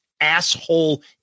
asshole